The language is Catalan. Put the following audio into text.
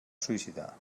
suïcidar